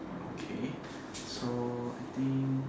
okay so I think